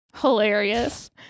hilarious